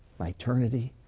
my eternity,